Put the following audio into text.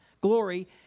glory